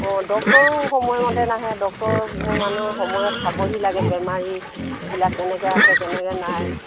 অঁ ডক্টৰো সময়মতে নাহে ডক্টৰ মানুহ সময়ত চাবহি লাগে বেমাৰীবিলাক কেনেকৈ আছে কেনেকৈ নাই